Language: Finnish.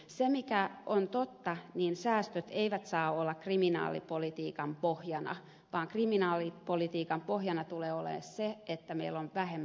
se mikä on totta on se että säästöt eivät saa olla kriminaalipolitiikan pohjana vaan kriminaalipolitiikan pohjana tulee olla sen että meillä on vähemmän rikollisuutta